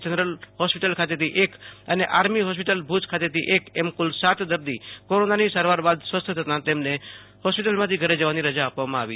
general hospital ખાતેથી એક અને આર્મી હોસ્પિટલ ભુજ ખાતેથી એક એમ કુલ સાત દર્દી કોરોનાની સારવાર બાદુ સ્વસ્થ થતાં તેમને હોસ્પિટલમાંથી ઘરે જવાની રજા આપવામાં આવી હતી